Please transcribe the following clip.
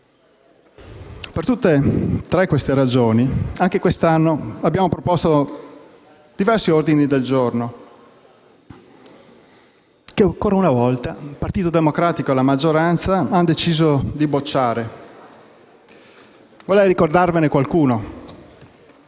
Per tutte queste ragioni, anche quest'anno abbiamo proposto diversi ordini del giorno che, ancora una volta, il Partito Democratico e la maggioranza hanno deciso di bocciare. Vorrei ricordarne qualcuno.